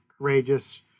courageous